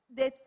de